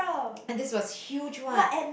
and this was huge one